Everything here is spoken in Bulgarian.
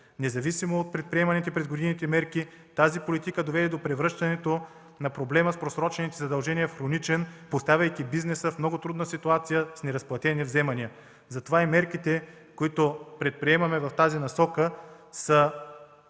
Независимо от предприеманите през годините мерки, тази политика доведе до превръщането на проблема с просрочените задължения в хроничен, поставяйки бизнеса в много трудна ситуация с неразплатени вземания. Затова мерките, които предприемаме в тази посока, са